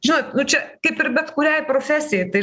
žinot nu čia kaip ir bet kuriai profesijai tai